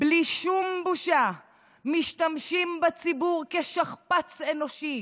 בלי שום בושה משתמשים בציבור כשכפ"ץ אנושי